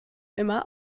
immer